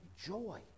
joy